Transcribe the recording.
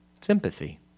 Sympathy